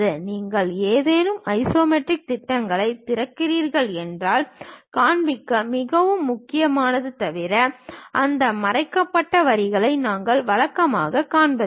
நீங்கள் ஏதேனும் ஐசோமெட்ரிக் திட்டங்களைத் திறக்கிறீர்கள் என்றால் காண்பிக்க மிகவும் முக்கியமானது தவிர அந்த மறைக்கப்பட்ட வரிகளை நாங்கள் வழக்கமாக காண்பிப்பதில்லை